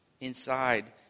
inside